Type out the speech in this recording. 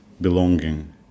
belonging